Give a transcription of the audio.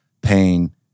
pain